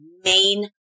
main